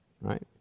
right